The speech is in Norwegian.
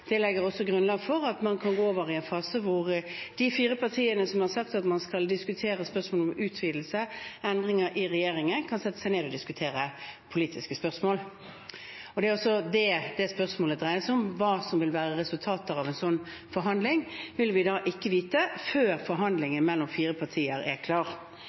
det også legger grunnlag for at man kan gå over i en fase hvor de fire partiene som har sagt at man skal diskutere spørsmål om utvidelse/endringer i regjeringen, kan sette seg ned og diskutere politiske spørsmål. Det er også det spørsmålet dreier seg om. Hva som vil være resultatet av en sånn forhandling, vil vi ikke vite før forhandlingen mellom de fire partiene er klar.